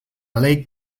lake